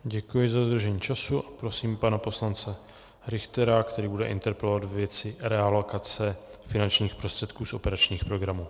Děkuji za dodržení času a prosím pana poslance Richtera, který bude interpelovat ve věci realokace finančních prostředků z operačních programů.